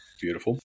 Beautiful